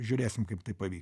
žiūrėsim kaip tai pavyks